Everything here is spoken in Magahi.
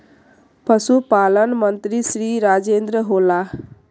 पशुपालन मंत्री श्री राजेन्द्र होला?